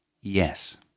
Yes